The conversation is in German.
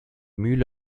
mühle